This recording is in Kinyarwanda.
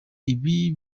ibi